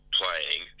playing